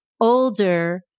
older